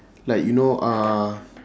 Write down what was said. like you know uh